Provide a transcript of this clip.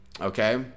Okay